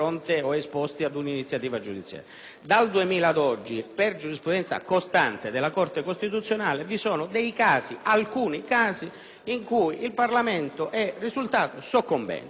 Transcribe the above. Dal 2000 ad oggi, per giurisprudenza costante della Corte Costituzionale, in alcuni casi il Parlamento è risultato soccombente.